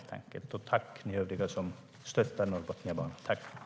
Tack till övriga som stöttar Norrbotniabanan!